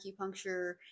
acupuncture